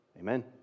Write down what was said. Amen